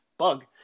bug